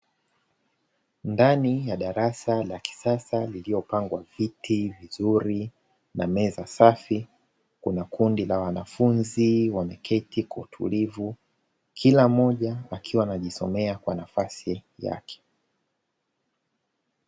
Ndani ya darasa la kisasa lililopangwa viti vizuri na meza safi, kuna kundi la wanafunzi wameketi kwa utulivu kila mmoja akiwa anajisomea kwa nafasi yake.